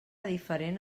diferent